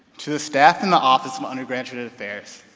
to the staff in the office of undergraduate affairs,